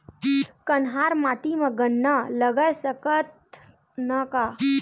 कन्हार माटी म गन्ना लगय सकथ न का?